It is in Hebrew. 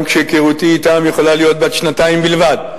גם כשהיכרותי אתם יכולה להיות בת שנתיים בלבד,